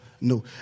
No